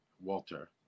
walter